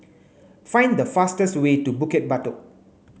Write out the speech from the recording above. find the fastest way to Bukit Batok